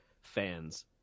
fans